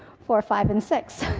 four, five, and six.